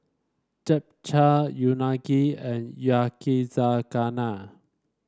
Japchae Unagi and Yakizakana